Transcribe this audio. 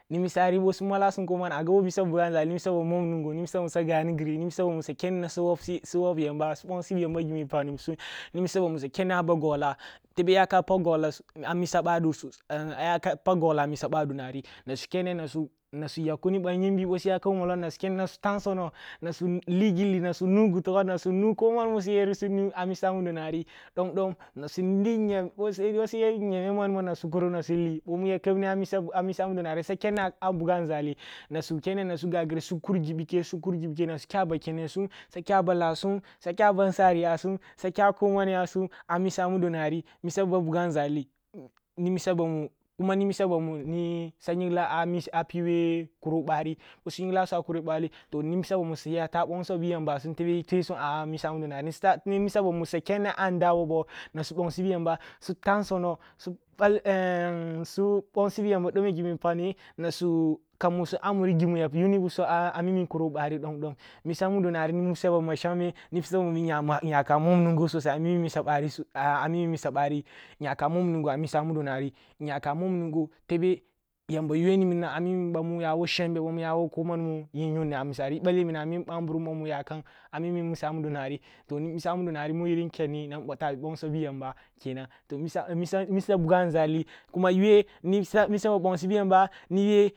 Nji misari ъo sumalasum ko man agabo misa buga nȝali misa ba mum nungo, m misa ba mur suya gani giri, ni isa ba u swa keni na su wob yamba, su bonsibi yamba gimu ehpag ni bisum ni misa ba mu suya kenni a bagogla tebe ya ka ba pag goggla a misa ъadona ri, na su kene na su yag kuni ъa yinbi, ъo suyakam wo mallong nasu kenen nasu tahnsono, na su ligilli, nsu nu goto bo na su nu ko man musu yeri a misa mudo nari dom dom na su linyeme boh su yer nyemeh mau mana su kuro na suli, bo muya kyebni misa misa mudo narl sya kenna a buga nȝali nasu kene nasu gah giri su kur gibike su kur gibike na su kya ba kenasum swa kya ba lahsum, su kya ban’nsariyasum, swa kya koman yasum amisa mudo nari misa ba buga nȝahi ni misa bamu, kuma ni misa bamu swa nyingla a piwe kura ba’ri, ъo su yinlasum a kuro bari toh ni misa suya tah bongso bi yamba sum tebe yitwesum amisa mudo nan, nimisa ba mu sya kyenni a nda wobo na su bongsi bi yamba su tah nsono su bal su bongsi bi yamba dome gimu eyi pagni na su kammusu a muri gimmu ya yunni bisum a mimi kuro bari dom dom misa mudonarl ni misa ba ma shangmeh ni misa ba nyaka mumnungo so sai a mimi misa bari a mimi misa bari nyaka mum nungo amisa mudonan nyaka mum nungo tebe yamba yuwe ni minam a mimi ъamu yawo shenbe, ъamu yawo ko man ebale minam a mi bamburum ъamu yakam a mimi misa mudo narl toh ni misa mudo mu yirin kenni nan ntah bi bongso bi yamba toh misa misa buga nȝali kuma yuwe